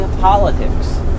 politics